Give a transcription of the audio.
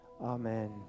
Amen